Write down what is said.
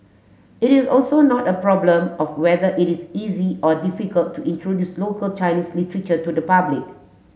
it is also not a problem of whether it is easy or difficult to introduce local Chinese literature to the public